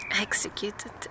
executed